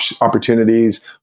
opportunities